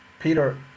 Peter